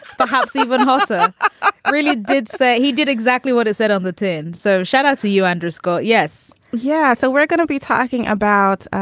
perhaps even hotter. i really did say he did exactly what he said on the tin. so shout out to underscore. yes yeah. so we're gonna be talking about